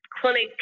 clinic